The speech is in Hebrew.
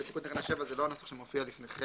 בתיקון תקנה 7 זה לא הנוסח שמופיע לפניכם,